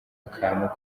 akantu